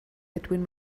between